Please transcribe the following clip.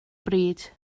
bryd